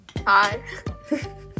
Hi